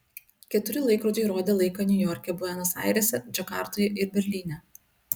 keturi laikrodžiai rodė laiką niujorke buenos airėse džakartoje ir berlyne